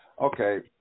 Okay